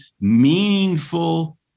meaningful